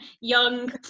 young